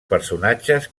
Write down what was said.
personatges